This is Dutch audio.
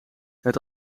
het